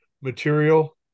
material